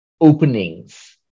openings